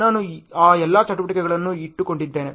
ನಾನು ಆ ಎಲ್ಲಾ ಚಟುವಟಿಕೆಗಳನ್ನು ಇಟ್ಟುಕೊಂಡಿದ್ದೇನೆ